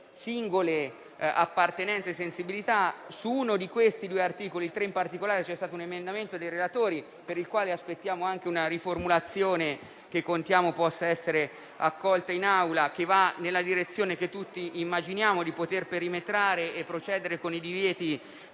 singole appartenenze e sensibilità, su uno di questi due articoli, in particolare sull'articolo 3, è stato presentato un emendamento dai relatori, per il quale aspettiamo una riformulazione, che contiamo possa essere accolta in Aula, che va nella direzione che tutti immaginiamo di poter perimetrare e procedere con i divieti